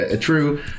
True